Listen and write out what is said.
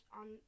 on